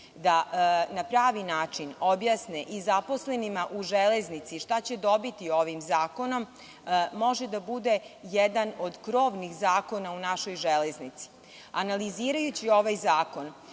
da na pravi način objasne i zaposlenima u „Železnici“ šta će dobiti ovim zakonom, može da bude jedan od krovnih zakona u našoj železnici. Analizirajući ovaj zakon,